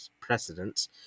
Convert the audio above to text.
precedents